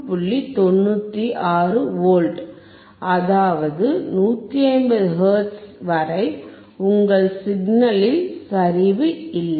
96 V அதாவது 150 hertz வரை உங்கள் சிக்னலில் சரிவு இல்லை